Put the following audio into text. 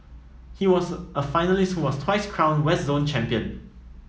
he was a finalist who was twice crowned West Zone Champion